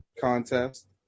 contest